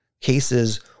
cases